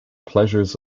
pleasures